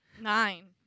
Nine